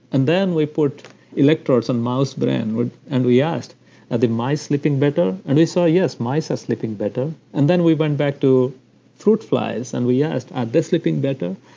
and then, we put electrodes on mouse brain, and we asked are the mice sleeping better? and we saw yes, mice are sleeping better. and then, we went back to fruit flies and we asked, are they sleeping better?